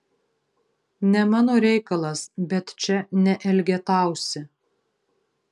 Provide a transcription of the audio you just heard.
ne mano reikalas bet čia neelgetausi